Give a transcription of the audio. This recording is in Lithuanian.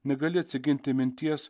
negali atsiginti minties